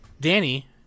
Danny